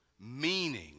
meaning